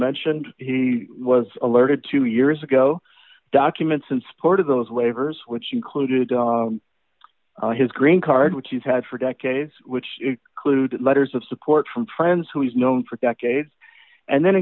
mentioned he was alerted two years ago documents in support of those waivers which included his green card which he's had for decades which included letters of support from friends who is known for decades and then